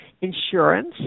insurance